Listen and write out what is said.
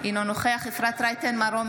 אינו נוכח אפרת רייטן מרום,